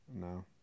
No